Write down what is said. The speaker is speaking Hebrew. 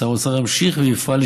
ושר האוצר ימשיך ויפעל,